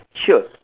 sure